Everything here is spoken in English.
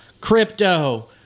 crypto